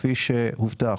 כפי שהובטח,